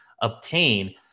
obtain